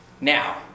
Now